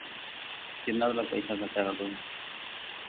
कितना मतलब पैसा खर्चा कर दोगे